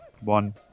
One